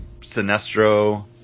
Sinestro